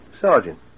Sergeant